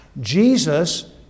Jesus